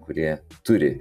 kurie turi